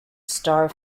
star